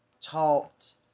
taught